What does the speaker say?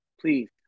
Please